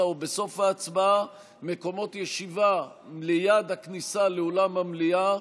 או בסוף ההצבעה מקומות ישיבה ליד הכניסה לאולם המליאה.